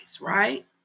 right